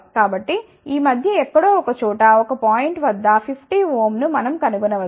కాబట్టి ఈ మధ్య ఎక్కడో ఒకచోట ఒక పాయింట్ వద్ద 50 ఓం ను మనం కనుగొనవచ్చు